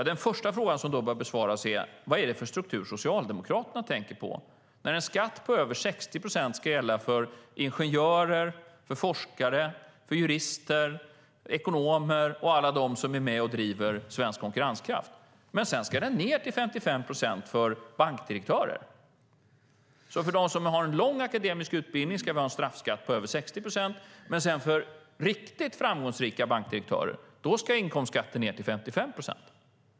Den första fråga som då bör besvaras är: Vilken struktur tänker Socialdemokraterna på när en skatt på över 60 procent ska gälla för ingenjörer, forskare, jurister, ekonomer och alla de som är med och driver svensk konkurrenskraft? Men sedan ska den ned till 55 procent för bankdirektörer. För dem som har en lång akademisk utbildning ska vi alltså ha en straffskatt på över 60 procent. Men för riktigt framgångsrika bankdirektörer ska inkomstskatten ned till 55 procent.